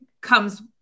comes